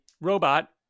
Robot